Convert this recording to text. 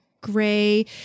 gray